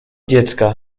dziecka